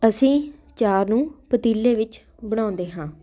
ਅਸੀਂ ਚਾਹ ਨੂੰ ਪਤੀਲੇ ਵਿੱਚ ਬਣਾਉਂਦੇ ਹਾਂ